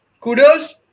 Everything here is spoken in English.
Kudos